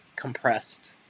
compressed